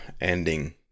ending